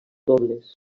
dobles